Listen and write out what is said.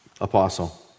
Apostle